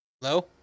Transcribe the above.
Hello